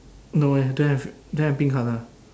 no eh don't have don't have pink colour